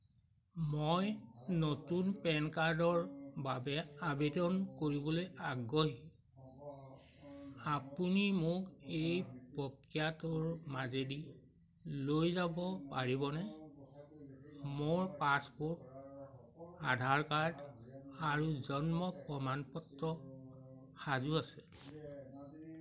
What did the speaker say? মই নতুন পেন কাৰ্ডৰ বাবে আবেদন কৰিবলৈ আগ্ৰহী আপুনি মোক এই প্ৰক্ৰিয়াটোৰ মাজেদি লৈ যাব পাৰিবনে মোৰ পাছপোৰ্ট আধাৰ কাৰ্ড আৰু জন্ম প্ৰমাণপত্ৰ সাজু আছে